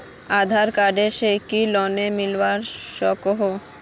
आधार card से की loan मिलवा सकोहो?